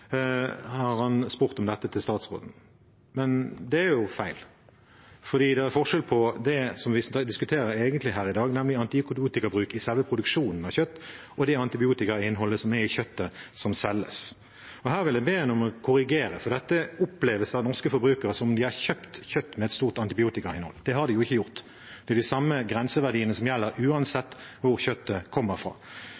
han statsråden om dette. Men det er jo feil, for det er forskjell på det som vi egentlig diskuterer her i dag, nemlig antibiotikabruk i selve produksjonen av kjøtt, og det antibiotikainnholdet som er i kjøttet som selges. Her vil jeg be ham om å korrigere, for dette oppleves av norske forbrukere som om de har kjøpt kjøtt med et stort antibiotikainnhold. Det har de jo ikke gjort. Det er de samme grenseverdiene som gjelder,